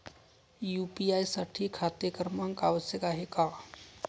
UPI साठी खाते क्रमांक आवश्यक आहे का?